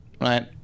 Right